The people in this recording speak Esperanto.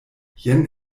jen